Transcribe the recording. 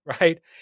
right